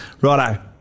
Righto